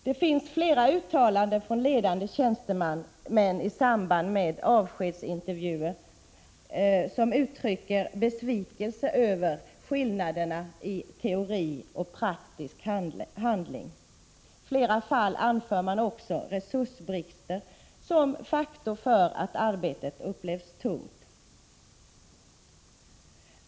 Det har gjorts flera uttalanden från ledande tjänstemän i samband med avskedsintervjuer som uttrycker besvikelse över skillnaden mellan teori och praktisk handling. I flera fall anför man också att resursbrist är en faktor som bidrar till att arbetet upplevts som tungt.